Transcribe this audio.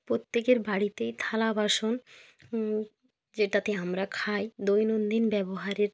প্রত্যেকের বাড়িতেই থালা বাসন যেটাতে আমরা খাই দৈনন্দিন ব্যবহারের